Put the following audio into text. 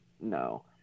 No